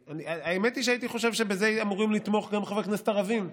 האמת היא שהייתי חושב שבזה אמורים לתמוך גם חברי כנסת ערבים,